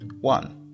one